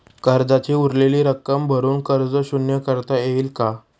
कर्जाची उरलेली रक्कम भरून कर्ज शून्य करता येईल का?